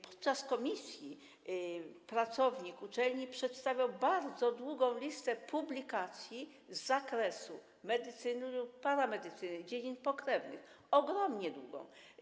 Podczas posiedzenia komisji pracownik uczelni przedstawiał bardzo długą listę publikacji z zakresu medycyny lub paramedycyny, dziedzin pokrewnych, ogromnie długą.